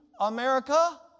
America